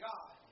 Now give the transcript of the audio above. God